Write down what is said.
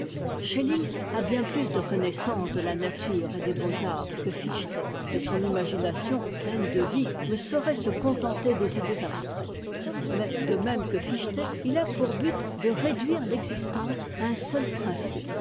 schelling a bien plus de connaissance de la nature et des beaux-arts que fichte et son imagination pleine de vie ne saurait se contenter des idées abstraites mais de même que fichte il a pour but de réduire l'existence à un seul principe